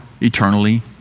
eternally